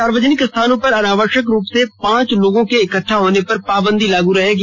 सार्वजनिक स्थानों पर अनावश्यक रूप से पांच लोगों के इकटठा होने पर पावंदी लागू रहेगी